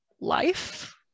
life